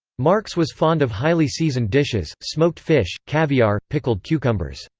marx was fond of highly seasoned dishes, smoked fish, caviare, pickled cucumbers,